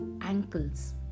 ankles